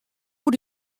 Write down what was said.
oer